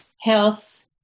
health